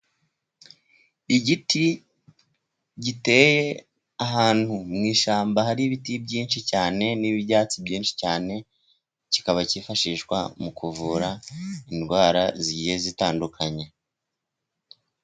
Igiti giteye ahantu mu ishyamba. Hari ibiti byinshi cyane n'ibyatsi byinshi cyane. Kikaba cyifashishwa mu kuvura indwara zigiye zitandukanye.